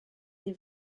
des